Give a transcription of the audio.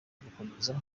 gukomeza